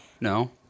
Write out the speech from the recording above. No